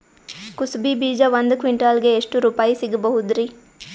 ಕುಸಬಿ ಬೀಜ ಒಂದ್ ಕ್ವಿಂಟಾಲ್ ಗೆ ಎಷ್ಟುರುಪಾಯಿ ಸಿಗಬಹುದುರೀ?